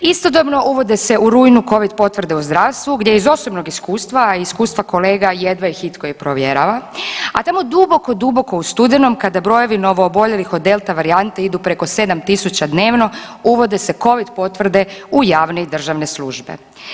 Istodobno uvode se u rujnu covid potvrde u zdravstvu gdje iz osobnog iskustva, a i iz iskustva kolega, jedva ih itko i provjerava, a tamo duboko, duboko u studenom kada brojevi novooboljelih od delta varijante idu preko 7.000 dnevno uvode se covid potvrde u javne i državne službe.